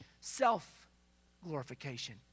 self-glorification